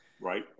Right